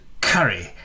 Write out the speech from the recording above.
curry